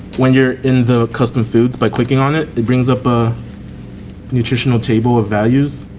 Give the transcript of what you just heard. when you're in the custom foods by clicking on it, it brings up a nutritional table of values.